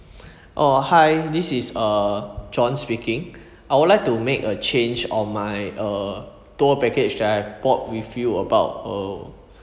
oh hi this is uh john speaking I would like to make a change on my uh tour package that I have bought with you about uh